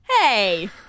Hey